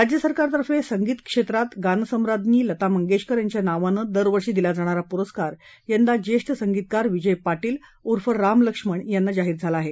राज्य सरकारतर्फे संगीत क्षेत्रात गानसम्राज्ञी लता मंगेशकर यांच्या नावानं दरवर्षी दिला जाणारा पुरस्कार यंदा ज्येष्ठ संगीतकार विजय पाटील ऊर्फ राम लक्ष्मण यांना जाहीर झाला आहे